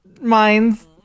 Mines